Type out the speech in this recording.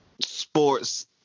sports